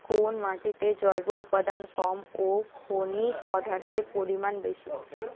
কোন মাটিতে জৈব উপাদান কম ও খনিজ পদার্থের পরিমাণ বেশি?